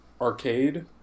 arcade